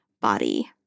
body